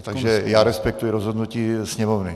Takže já respektuji rozhodnutí sněmovny.